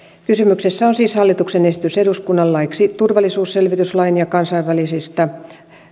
kysymyksessä on siis hallituksen esitys eduskunnalle laeiksi turvallisuusselvityslain ja kansainvälisistä